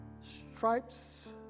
Stripes